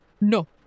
No